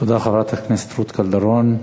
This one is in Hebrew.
תודה לחברת הכנסת רות קלדרון.